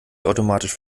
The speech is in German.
automatisch